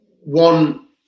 One